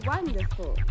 Wonderful